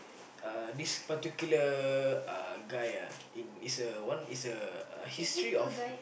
uh this particular uh guy ah is a one is a history of